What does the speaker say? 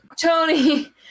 Tony